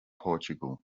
portugal